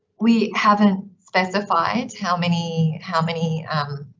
we haven't specified how many, how many um,